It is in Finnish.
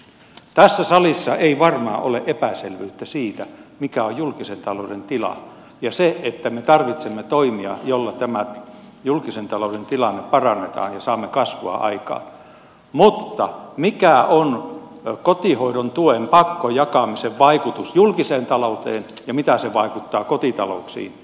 tässä salissa ei varmaan ole epäselvyyttä siitä mikä on julkisen talouden tila ja me tarvitsemme toimia joilla tämä julkisen talouden tilanne parannetaan ja saamme kasvua aikaan mutta mikä on kotihoidon tuen pakkojakamisen vaikutus julkiseen talouteen ja miten se vaikuttaa kotitalouksiin